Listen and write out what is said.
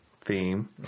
theme